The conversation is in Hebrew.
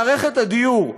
ממערכת הדיור,